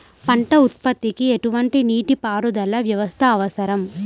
పంట ఉత్పత్తికి ఎటువంటి నీటిపారుదల వ్యవస్థ అవసరం?